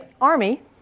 Army